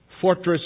Fortress